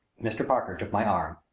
mr. parker took my arm.